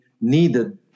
needed